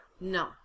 No